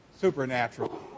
Supernatural